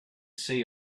see